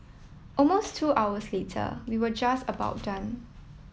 almost two hours later we were just about done